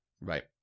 Right